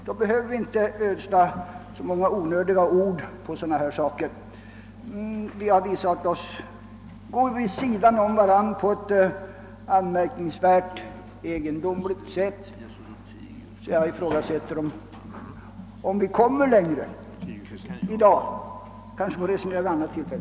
Då behöver vi inte ödsla så många onödiga ord på sådana här saker. Vi har gått vid sidan om varandra på ett anmärkningsvärt egendomligt sätt. Jag ifrågasätter därför om vi kommer längre i dag. Vi får kanske resonera vid ett annat tillfälle.